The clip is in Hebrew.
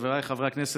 חבריי חברי הכנסת,